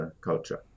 culture